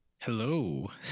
Hello